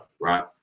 right